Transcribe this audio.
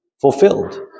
fulfilled